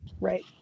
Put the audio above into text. right